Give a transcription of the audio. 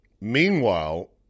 meanwhile